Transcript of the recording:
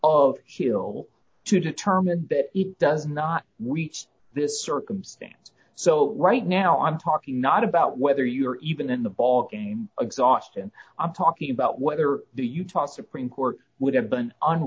of hill to determine that it does not we teach this circumstance so right now i'm talking not about whether you're even in the ballgame exhaust and i'm talking about whether the you talk supreme court would have been